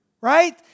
right